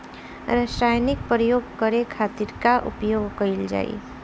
रसायनिक प्रयोग करे खातिर का उपयोग कईल जाइ?